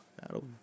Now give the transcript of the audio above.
That'll